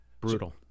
brutal